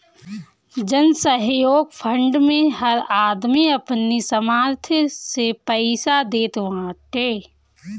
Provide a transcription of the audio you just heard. जनसहयोग फंड मे हर आदमी अपनी सामर्थ्य से पईसा देत बाटे